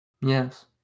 Yes